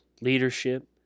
leadership